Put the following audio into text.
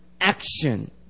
action